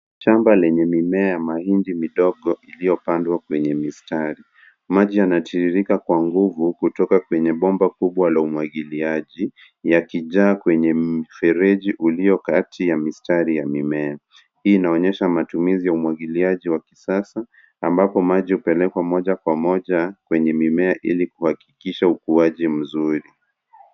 Shamba lenye mimea ya mahindi midogo iliyopandwa kwenye mistari maji yanatiririka kwa nguvu kutoka kwenye bomba kubwa la umwagiliaji ya kijaa kwenye mfereji uliokati ya mistari ya mimea hii inaonyesha matumizi ya umwagiliaji wa kisasa ambapo maji hupelekwa moja kwa moja kwenye mimea ili kuhakikisha ukuaji mzuri.